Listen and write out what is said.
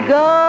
go